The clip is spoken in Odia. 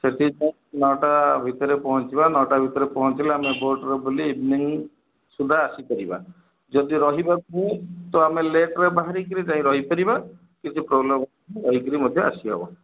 ସେଠି ଯାଇଁ ନଅଟା ଭିତରେ ପହଞ୍ଚିବା ନଅଟା ଭିତରେ ପହଞ୍ଚିଲେ ଆମେ ବୋଟ୍ରେ ବୁଲି ଇଭିନିଂ ସୁଧା ଆସିପାରିବା ଯଦି ରହିବାକୁ ହୁଏ ତ ଆମେ ଲେଟ୍ରେ ବାହାରି କରି ଯାଇ ରହିପାରିବା କିଛି ପ୍ରୋବ୍ଲେମ୍ ହେବନି ରହିକରି ମଧ୍ୟ ଆସିହେବ